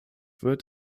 wird